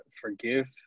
forgive